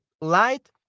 light